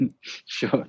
Sure